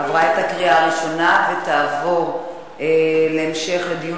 עברה בקריאה ראשונה ותעבור להמשך דיון